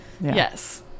Yes